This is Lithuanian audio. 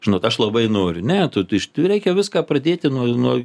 žinot aš labai noriu ne tušti reikia viską pradėti nuo nuo